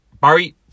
Barry